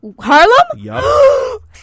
Harlem